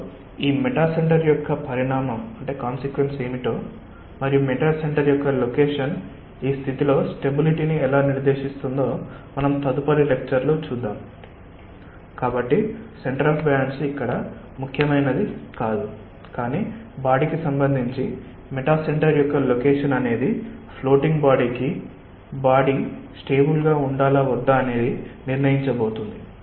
కాబట్టి ఈ మెటాసెంటర్ యొక్క పరిణామం ఏమిటో మరియు మెటాసెంటర్ యొక్క లొకేషన్ ఈ స్థితిలో స్టెబిలిటీ ని ఎలా నిర్దేశిస్తుందో మనం తదుపరి లెక్చర్ లో చూద్దాం కాబట్టి సెంటర్ ఆఫ్ బయాన్సీ ఇక్కడ ముఖ్యమైనది కాదు కానీ బాడీకి సంబంధించి మెటాసెంటర్ యొక్క లొకేషన్ అనేది ఫ్లోటింగ్ బాడీకి బాడీ స్టేబుల్ గా ఉండాలా వద్దా అని నిర్ణయించబోతోంది